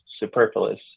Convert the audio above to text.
superfluous